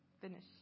finish